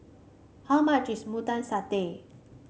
how much is Mutton Satay